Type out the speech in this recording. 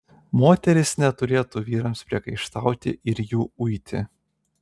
moterys neturėtų vyrams priekaištauti ir jų uiti